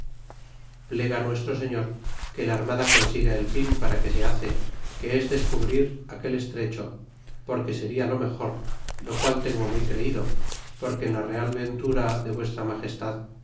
costa plega nuestro señor que el armada consiga el fin para que se hace que es descubrir aquel estrecho porque seria lo mejor lo qual tengo muy creido porque en la real ventura de vuestra